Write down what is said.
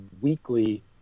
weekly